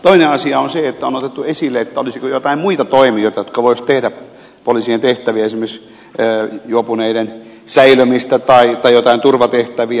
toinen asia on se että on otettu esille olisiko joitain muita toimijoita jotka voisivat tehdä poliisien tehtäviä esimerkiksi juopuneiden säilömistä tai joitain turvatehtäviä